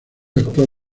actual